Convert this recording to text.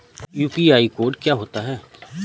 UPI code क्या होता है?